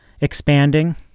expanding